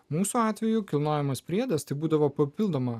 mūsų atveju kilnojamos priedas tai būdavo papildoma